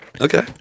Okay